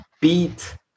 beat